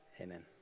Amen